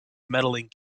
medaling